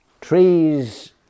trees